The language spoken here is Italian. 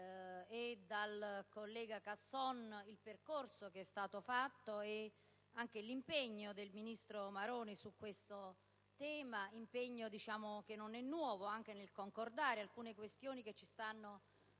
e dal collega Casson il percorso che è stato fatto e l'impegno del ministro Maroni su questo tema, che non è nuovo, anche nel concordare alcune questioni che ci stanno fortemente